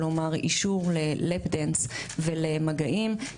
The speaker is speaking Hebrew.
כלומר אישור ל"לאפ דאנס" ולמגעים,